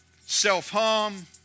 self-harm